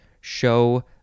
show